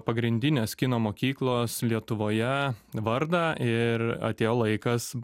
pagrindinės kino mokyklos lietuvoje vardą ir atėjo laikas